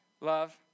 Love